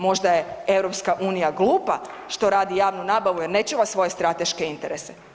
Možda je EU glupa što radi javnu nabavu jer ne čuva svoje strateške interese.